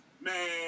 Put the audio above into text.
Man